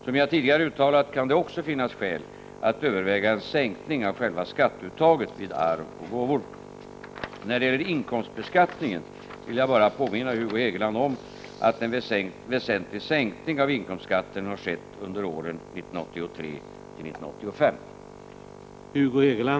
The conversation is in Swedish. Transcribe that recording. Som jag tidigare uttalat kan det också finnas skäl att överväga en sänkning av själva skatteuttaget vid arv och gåvor. När det gäller inkomstbeskattningen vill jag bara påminna Hugo Hegeland om att en väsentlig sänkning av inkomstskatten skett under åren 1983-1985.